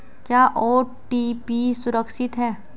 क्या ओ.टी.पी सुरक्षित है?